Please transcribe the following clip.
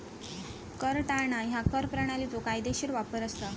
कर टाळणा ह्या कर प्रणालीचो कायदेशीर वापर असा